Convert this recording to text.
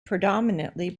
predominantly